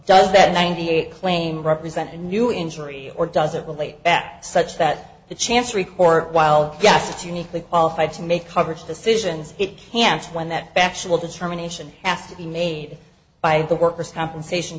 does that ninety eight claim represent a new injury or does it relate back such that the chancery court while cast uniquely qualified to make coverage decisions it can't when that actual determination have to be made by the workers compensation